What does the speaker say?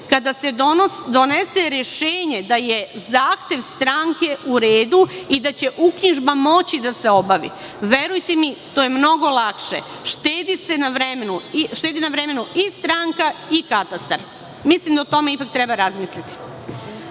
kada se donese rešenje da je zahtev stranke u redu i da će uknjižba moći da se obavi? Verujte mi, to je mnogo lakše, štedi na vremenu i stranka i katastar. Mislim da o tome ipak treba razmisliti. Ovim